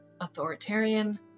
authoritarian